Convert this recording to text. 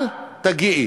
אל תגיעי.